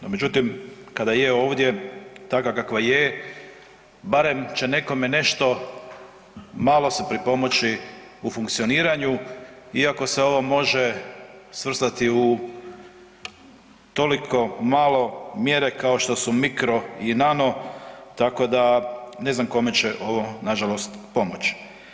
No međutim, kada je ovdje takva kakva je, barem će nekome nešto malo se pripomoći u funkcioniranju, iako se ovo može svrstati u toliko male mjere kao što su mikro i nano, tako da ne znam kome će ovo nažalost pomoći.